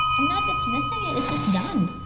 i'm not dismissing it, it's just done.